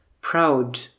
proud